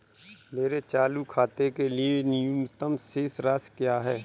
मेरे चालू खाते के लिए न्यूनतम शेष राशि क्या है?